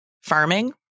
Farming